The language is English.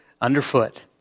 underfoot